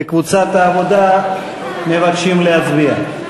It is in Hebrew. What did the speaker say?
וקבוצת העבודה, מבקשים להצביע.